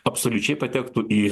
absoliučiai patektų į